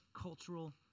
cultural